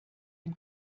dem